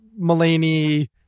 Mulaney